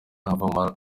ava